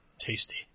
Tasty